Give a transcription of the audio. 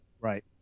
right